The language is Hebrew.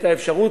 את האפשרות,